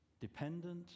dependent